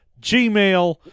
Gmail